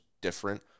different